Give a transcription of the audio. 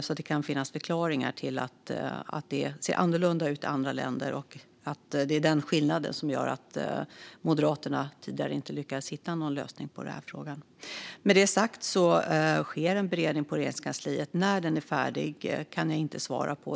Det kan alltså finnas förklaringar till att det ser annorlunda ut i andra länder och att det är den skillnaden som gör att Moderaterna tidigare inte lyckades hitta någon lösning på den här frågan. Med det sagt kan jag tala om att det sker en beredning på Regeringskansliet. När den är färdig kan jag inte svara på.